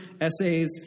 essays